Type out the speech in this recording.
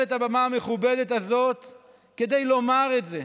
את הבמה המכובדת הזו כדי לומר את זה,